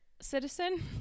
citizen